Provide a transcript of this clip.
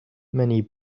many